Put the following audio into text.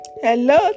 Hello